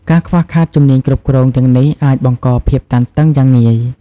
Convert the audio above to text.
ការខ្វះខាតជំនាញគ្រប់គ្រងទាំងនេះអាចបង្កភាពតានតឹងយ៉ាងងាយ។